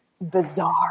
Bizarre